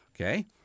Okay